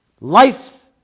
Life